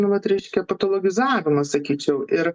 nu vat reiškia patologizavimas sakyčiau ir